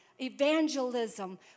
evangelism